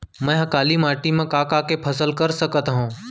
मै ह काली माटी मा का का के फसल कर सकत हव?